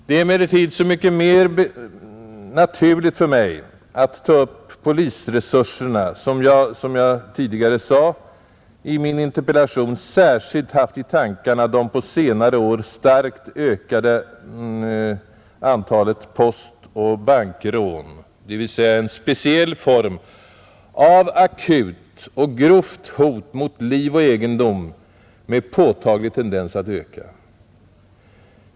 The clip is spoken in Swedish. Det är så mycket mer naturligt för mig att ta upp polisresurserna som jag — såsom jag tidigare sade — i min interpellation särskilt haft i tankarna det på senare år starkt ökade antalet postoch bankrån, dvs. en speciell form av akut och grovt hot mot liv och egendom med påtaglig tendens att öka.